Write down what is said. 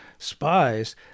spies